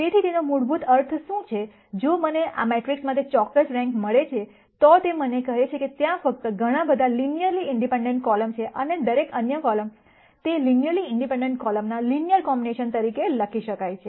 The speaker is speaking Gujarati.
તેથી તેનો મૂળભૂત અર્થ શું છે જો મને આ મેટ્રિક્સ માટે ચોક્કસ રેન્ક મળે છે તો તે મને કહે છે કે ત્યાં ફક્ત ઘણા બધા લિનયરલી ઇન્ડિપેન્ડન્ટ કોલમ છે અને દરેક અન્ય કોલમ તે લિનયરલી ઇન્ડિપેન્ડન્ટ કોલમ ના લિનયર કોમ્બિનેશન તરીકે લખી શકાય છે